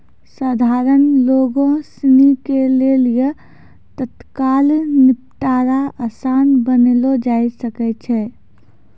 सधारण लोगो सिनी के लेली तत्काल निपटारा असान बनैलो जाय सकै छै